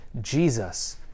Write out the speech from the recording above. Jesus